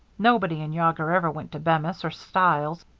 nobody in yawger ever went to bemis or stiles,